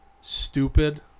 stupid